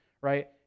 Right